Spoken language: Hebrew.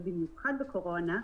ובמיוחד בקורונה,